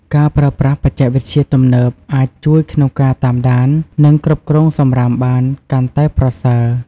ការប្រើប្រាស់បច្ចេកវិទ្យាទំនើប អាចជួយក្នុងការតាមដាន និងគ្រប់គ្រងសំរាមបានកាន់តែប្រសើរ។